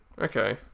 Okay